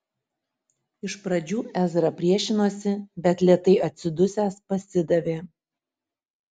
iš pradžių ezra priešinosi bet lėtai atsidusęs pasidavė